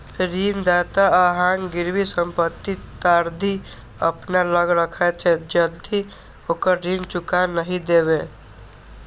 ऋणदाता अहांक गिरवी संपत्ति ताधरि अपना लग राखैत छै, जाधरि ओकर ऋण चुका नहि देबै